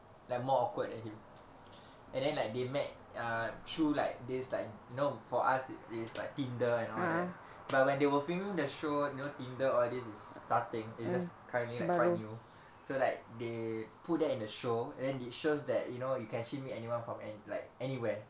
like more awkward than him and then like they met ah through like this like you know for us it's like tinder and all that but when they were filming the show no tinder or this is starting it's just currently like quite new so like they put them in the show then it shows that you know you can actually meet anyone from any like anywhere